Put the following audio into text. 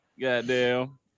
Goddamn